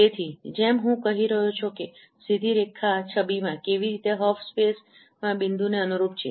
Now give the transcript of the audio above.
તેથી જેમ હું કહી રહ્યો હતો કે સીધી રેખા છબીમાં કેવી રીતે હફ સ્પેસ માં બિંદુને અનુરૂપ છે